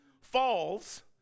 falls